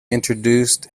introduced